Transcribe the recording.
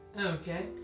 Okay